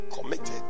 Committed